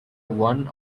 one